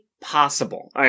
possible